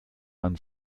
man